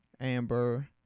Amber